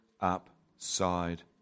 upside